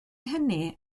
hynny